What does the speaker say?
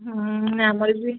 ହଁ ଆମର ବି